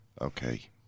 okay